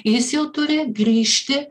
jis jau turi grįžti